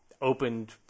opened